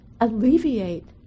alleviate